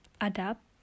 adapt